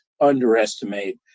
underestimate